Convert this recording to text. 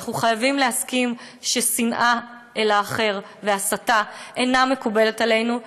אנחנו חייבים להסכים ששנאה לאחר והסתה אינן מקובלות עלינו,